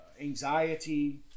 anxiety